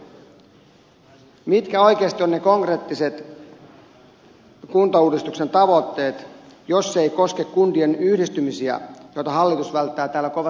mitkä oikeasti ovat ne konkreettiset kuntauudistuksen tavoitteet jos se ei koske kuntien yhdistymisiä mitä hallitus välttää täällä kovasti sanoa